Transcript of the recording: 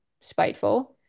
spiteful